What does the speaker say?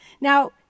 Now